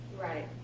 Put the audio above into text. Right